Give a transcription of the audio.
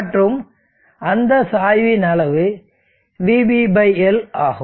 மற்றும் அந்த சாய்வின் அளவு vB L ஆகும்